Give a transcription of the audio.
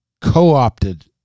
co-opted